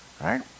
right